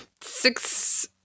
six